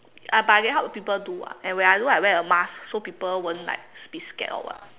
but I need to help people do [what] and when I do I wear a mask so people won't like be scared or what